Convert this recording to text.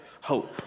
hope